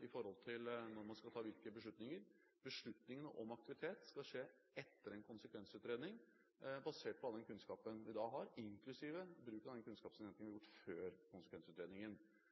vedrørende når man skal ta hvilke beslutninger. Beslutningene om aktivitet skal skje etter en konsekvensutredning basert på all den kunnskapen vi da har, inklusiv bruk av den kunnskapsinnhentingen vi har gjort før konsekvensutredningen.